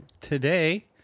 today